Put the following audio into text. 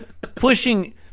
pushing